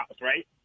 right